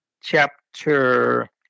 chapter